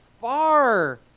far